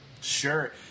Sure